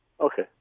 Okay